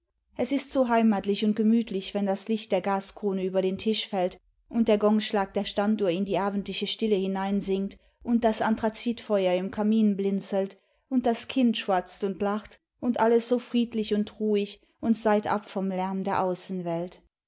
es ist so heimatlich und gemütlich wenn das licht der gaskrone über den tisch fällt und der gongschlag der standuhr in die abendliche stille hineinsingt und das anthrazitfeuer im kamin blinzelt und das icind schwatzt und lacht imd alles so friedlich und ruhig und seitab vom lärm der außenwelt